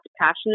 passionate